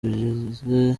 tugize